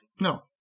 No